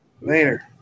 Later